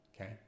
okay